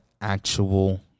actual